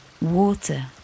Water